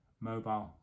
mobile